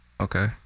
Okay